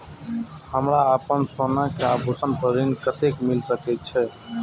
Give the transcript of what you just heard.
हमरा अपन सोना के आभूषण पर ऋण कते मिल सके छे?